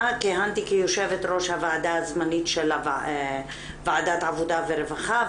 כיהנתי כיושבת-ראש הוועדה הזמנית של ועדת עבודה ורווחה,